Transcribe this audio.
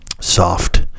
Soft